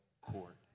court